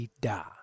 da